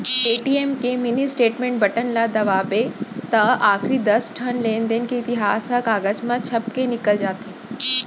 ATM के mini statement button ल दबावें त आखरी दस ठन लेनदेन के इतिहास ह कागज म छपके निकल जाथे